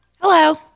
Hello